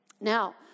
Now